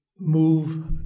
move